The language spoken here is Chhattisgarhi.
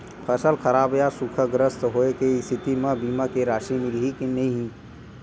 फसल खराब या सूखाग्रस्त होय के स्थिति म बीमा के राशि मिलही के नही?